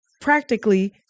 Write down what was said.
practically